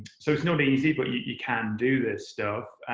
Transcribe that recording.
so it's not easy, but you can do this stuff.